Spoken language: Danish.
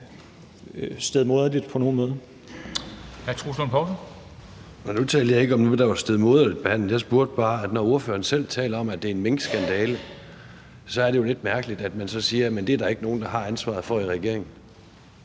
Troels Lund Poulsen (V): Nu talte jeg ikke om noget, der var stedmoderligt behandlet. Jeg sagde bare, at når ordføreren selv taler om, at det er en minkskandale, så er det jo lidt mærkeligt, at man så siger, at det er der ikke nogen, der har ansvaret for, i regeringen.